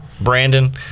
brandon